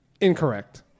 Incorrect